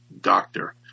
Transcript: doctor